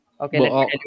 Okay